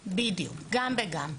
כן, בדיוק, גם וגם.